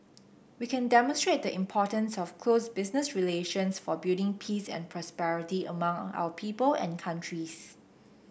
we can demonstrate the importance of close business relations for building peace and prosperity among our people and countries